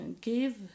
give